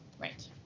Right